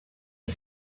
can